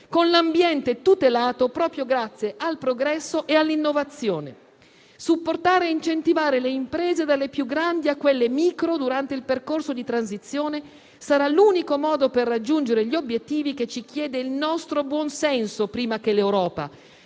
con l'ambiente, tutelato proprio grazie al progresso e all'innovazione. Supportare e incentivare le imprese, dalle più grandi a quelle micro, durante il percorso di transizione, sarà l'unico modo per raggiungere gli obiettivi che ci chiede il nostro buon senso, prima che l'Europa,